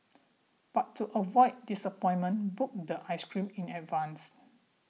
but to avoid disappointment book the ice cream in advance